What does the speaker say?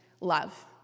love